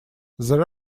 there